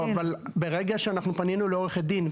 ברגע שאנחנו פנינו לעורכת דין,